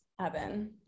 Evan